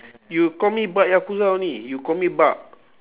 you call me bak yakuza only you call me bak